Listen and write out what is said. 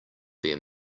their